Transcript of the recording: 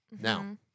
Now